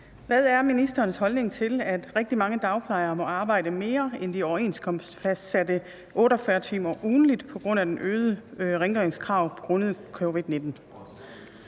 Hvad er ministerens holdning til, at rigtig mange dagplejere må arbejde mere end de overenskomstfastsatte 48 timer ugentligt på grund af øgede rengøringskrav grundet covid-19?